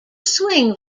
swing